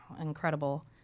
incredible